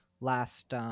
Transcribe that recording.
last